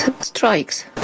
strikes